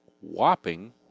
whopping